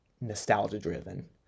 nostalgia-driven